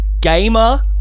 gamer